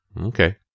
Okay